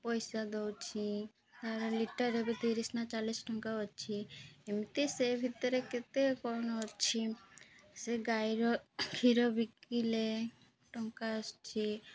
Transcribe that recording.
ପଇସା ଦଉଛି ତା'ର ଲିଟର ଏବେ ତିରିଶି ନା ଚାଳିଶି ଟଙ୍କା ଅଛି ଏମିତି ସେ ଭିତରେ କେତେ କ'ଣ ଅଛି ସେ ଗାଈର କ୍ଷୀର ବିକିଲେ ଟଙ୍କା ଆସୁଛି